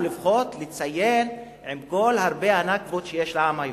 לפחות לציין עם כל ה"נכבות" הרבות שיש לעם היהודי.